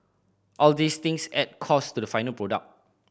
all these things add cost to the final product